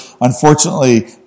unfortunately